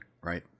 right